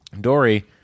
dory